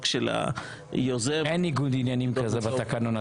של היוזם --- אין ניגוד עניינים כזה בתקנון,